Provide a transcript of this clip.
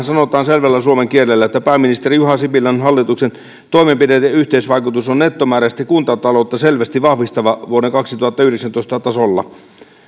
sanotaan selvällä suomen kielellä että pääministeri juha sipilän hallituksen toimenpiteiden yhteisvaikutus on nettomääräisesti kuntataloutta selvästi vahvistava vuoden kaksituhattayhdeksäntoista tasolla